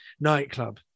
nightclub